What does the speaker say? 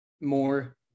more